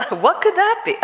ah what could that be?